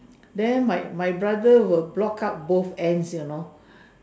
then my my brother will block out both ends you know